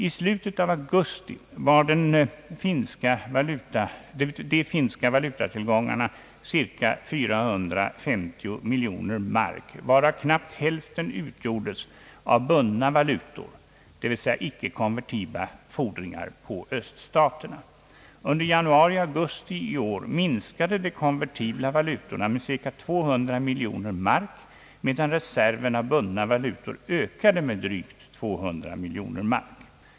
I slutet av augusti var de finska valutatillgångarna cirka 450 miljoner mark, varav knappt hälften utgjordes av bundna valutor, dvs. icke konvertibla fordringar på öststaterna. Under tiden januari till augusti i år minskade de konvertibla valutorna med 200 miljoner mark, medan reserverna bundna valutor ökade med drygt 200 miljoner mark.